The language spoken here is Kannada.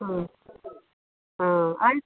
ಹ್ಞೂ ಹಾಂ ಆಯಿತು